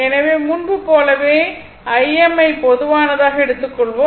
எனவே முன்பு போலவே Im யை பொதுவானதாக எடுத்துக்கொள்வோம்